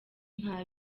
nta